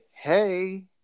Hey